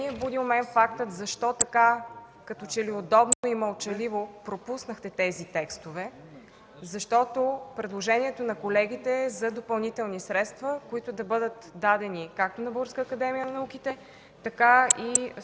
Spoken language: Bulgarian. буди у мен фактът – защо като че ли удобно и мълчаливо пропуснахте тези текстове? Предложението на колегите е за допълнителни средства, които да бъдат дадени както на Българската академия на науките, така и